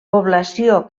població